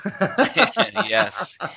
Yes